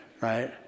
right